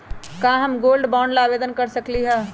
का हम gold bond ला आवेदन कर सकली ह?